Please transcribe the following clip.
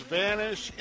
vanish